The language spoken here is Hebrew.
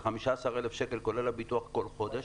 ל-15,000 שקלים כולל הביטוח כל חודש,